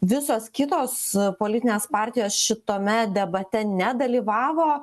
visos kitos politinės partijos šitome debate nedalyvavo